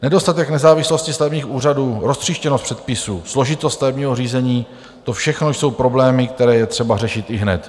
Nedostatek nezávislosti stavebních úřadů, roztříštěnost předpisů, složitost stavebního řízení, to všechno jsou problémy, které je třeba řešit ihned.